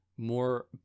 more